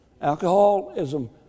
Alcoholism